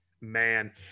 man